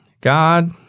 God